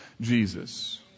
Jesus